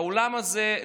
באולם הזה.